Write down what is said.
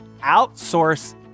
outsource